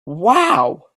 wow